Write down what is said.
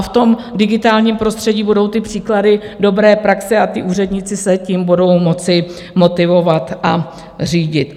V digitálním prostředí budou příklady dobré praxe a úředníci se tím budou moci motivovat a řídit.